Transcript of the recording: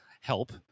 help